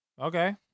Okay